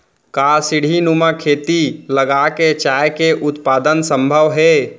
का सीढ़ीनुमा खेती लगा के चाय के उत्पादन सम्भव हे?